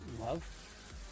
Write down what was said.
love